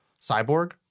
Cyborg